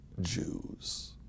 Jews